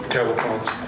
Telephones